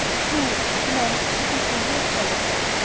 who? demanded his companion jealously.